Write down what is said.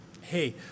hey